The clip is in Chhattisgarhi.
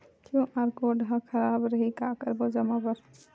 क्यू.आर कोड हा खराब रही का करबो जमा बर?